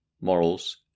morals